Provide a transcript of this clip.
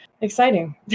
Exciting